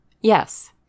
Yes